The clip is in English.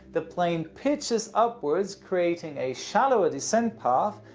the plane pitches upwards, creating a shallower descent path,